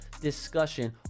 discussion